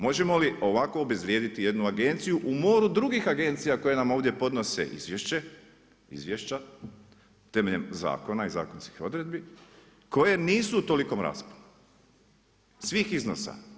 Možemo li ovako obezvrijediti jednu agenciju u moru drugih agencija koje nam ovdje podnose izvješća temeljem zakona i zakonskih odredbi koje nisu u tolikom … svih iznosa.